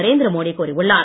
நரேந்திர மோடி கூறியுள்ளார்